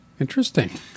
interesting